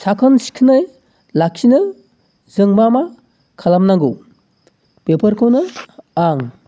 साखोन सिखोनै लाखिनो जों मा मा खालामनांगौ बेफोरखौनो आं